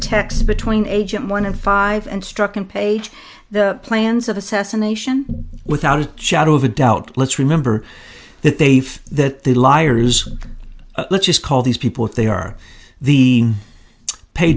text between agent one and five and struck in pay the plans of assess a nation without a shadow of a doubt let's remember that they've that the liars let's just call these people they are the pa